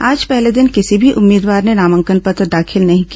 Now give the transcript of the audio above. आज पहले दिन किसी भी उम्मीदवार ने नामांकन पत्र दाखिल नहीं किया